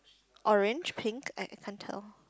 orange pink I I can't tell